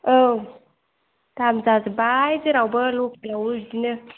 औ दाम जाजोब्बाय जेरावबो लकेलावबो बिदिनो